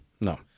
No